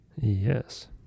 Yes